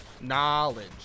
knowledge